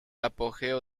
apogeo